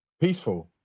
Peaceful